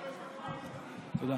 2021,